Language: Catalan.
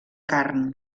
carn